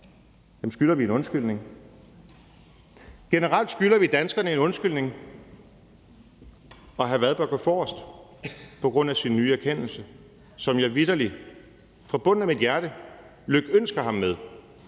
Dem skylder vi en undskyldning. Generelt skylder vi danskerne en undskyldning, og hr. Frederik Vad bør gå forrest på grund af sin nye erkendelse, som jeg vitterlig fra bunden af mit hjerte lykønsker ham med.